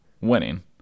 winning